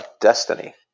destiny